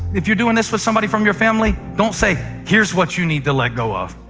if you're doing this with somebody from your family, don't say, here's what you need to let go of.